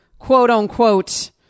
quote-unquote